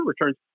returns